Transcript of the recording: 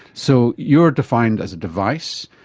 so you are defined as a device,